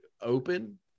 open